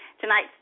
tonight